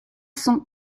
cent